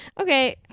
okay